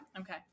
okay